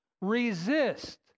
resist